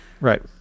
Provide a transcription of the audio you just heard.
Right